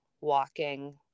walking